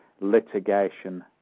litigation